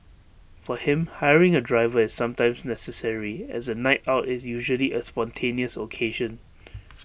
for him hiring A driver is sometimes necessary as A night out is usually A spontaneous occasion